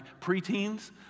preteens